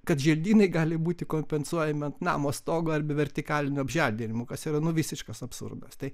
kad želdynai gali būti kompensuojami ant namo stogo arba vertikaliniu apželdinimu kas yra visiškas absurdas tai